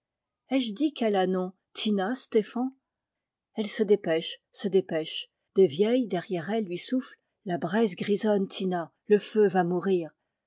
presbytère ai-je dit qu'elle a nom tina stéphan elle se dépêche se dépêche des vieilles derrière elle lui soufflent la braise grisonne tina le feu va mourir